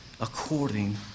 according